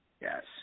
Yes